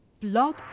Blog